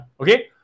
okay